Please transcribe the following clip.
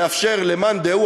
לאפשר למאן דהוא,